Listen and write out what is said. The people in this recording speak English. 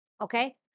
Okay